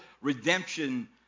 redemption